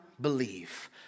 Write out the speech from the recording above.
believe